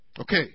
Okay